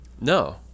No